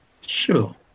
Sure